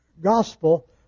gospel